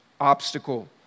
obstacle